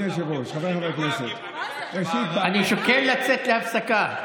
אני שוקל לצאת להפסקה.